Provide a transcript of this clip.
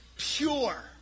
pure